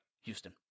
Houston